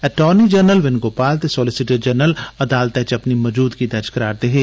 attorney general Venugopal ते solicitor general अदालतै च अपनी मजूदगी दर्ज करा'रदे हे